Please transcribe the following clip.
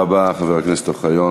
תודה רבה, חבר הכנסת אוחיון.